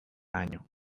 año